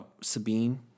Sabine